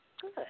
Good